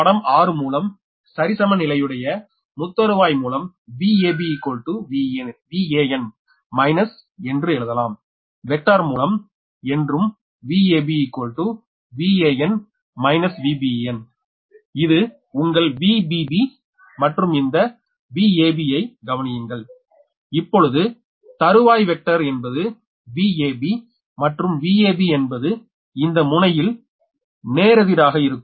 படம் 6 மூலம் சரிசமநிலையுடைய முத்தருவாய் மூலம் Vab Van மைனஸ் என்று எழுதலாம் வெக்டர் மூலம் என்றும் Vab Van Vbn இது உங்கள் Vbb மற்றும் இந்த Vab ஐ கவனியுங்கள் இப்பொழுது தருவாய் வெக்டர் என்பது Vab மற்றும் Vab என்பது இந்த முனையில் நேரெதிராக இருக்கும்